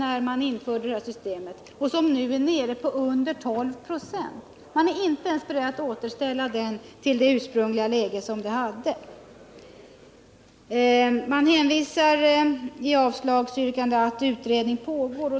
Den utgjorde 25 96 när systemet infördes och är nu nere under 12 96. Man hänvisar i avslagsyrkandet till att utredning pågår.